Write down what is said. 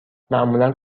معمولا